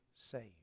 saved